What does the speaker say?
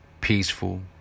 peaceful